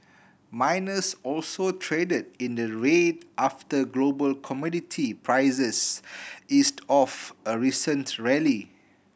miners also traded in the red after global commodity prices eased off a recent rally